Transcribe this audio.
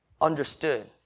understood